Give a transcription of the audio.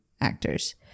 actors